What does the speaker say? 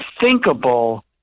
unthinkable